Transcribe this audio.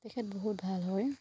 তেখেত বহুত ভাল হয়